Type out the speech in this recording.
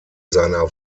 seiner